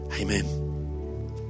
Amen